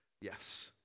Yes